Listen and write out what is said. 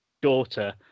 daughter